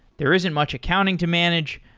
there isn't much accounting to manage,